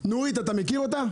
נורית, אתה מכיר אותה?